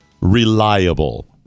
reliable